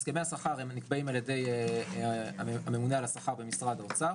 הסכמי השכר נקבעים על ידי הממונה על השכר במשרד האוצר.